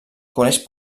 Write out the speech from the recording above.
coneix